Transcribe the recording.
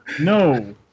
no